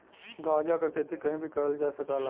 गांजा क खेती कहीं भी करल जा सकला